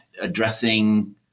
addressing